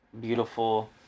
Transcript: beautiful